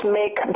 make